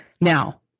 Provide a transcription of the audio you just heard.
Now